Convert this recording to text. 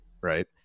Right